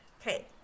okay